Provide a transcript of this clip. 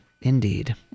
Indeed